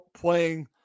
playing